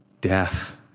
death